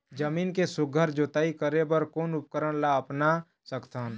जमीन के सुघ्घर जोताई करे बर कोन उपकरण ला अपना सकथन?